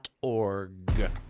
org